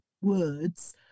words